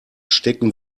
stecken